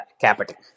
capital